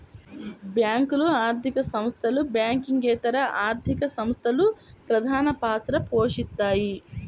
బ్యేంకులు, ఆర్థిక సంస్థలు, బ్యాంకింగేతర ఆర్థిక సంస్థలు ప్రధానపాత్ర పోషిత్తాయి